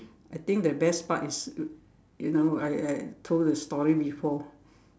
I think the best part is you know I I told the story before